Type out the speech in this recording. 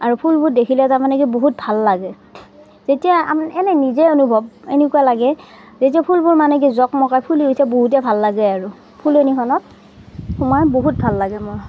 আৰু ফুলবোৰ দেখিলে তাৰ মানে কি বহুত ভাল লাগে তেতিয়া এনেই নিজেই অনুভৱ এনেকুৱা লাগে নিজৰ ফুলবোৰ মানে কি জকমকাই ফুলি উঠে বহুতে ভাল লাগে আৰু ফুলনিখনত সোমাই বহুত ভাল লাগে মোৰ